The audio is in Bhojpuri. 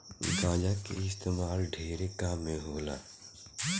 गांजा के इस्तेमाल ढेरे काम मे होखेला